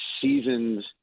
seasoned